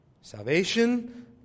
salvation